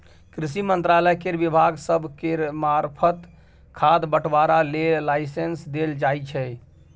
कृषि मंत्रालय केर विभाग सब केर मार्फत खाद बंटवारा लेल लाइसेंस देल जाइ छै